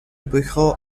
bureaux